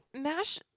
mash